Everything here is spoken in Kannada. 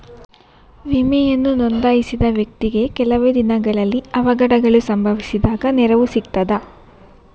ವಿಮೆಯನ್ನು ನೋಂದಾಯಿಸಿದ ವ್ಯಕ್ತಿಗೆ ಕೆಲವೆ ದಿನಗಳಲ್ಲಿ ಅವಘಡಗಳು ಸಂಭವಿಸಿದಾಗ ನೆರವು ಸಿಗ್ತದ?